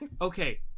Okay